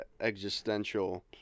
existential